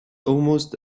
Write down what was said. almost